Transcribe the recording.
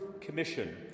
Commission